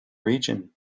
region